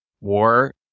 war